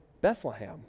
Bethlehem